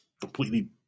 completely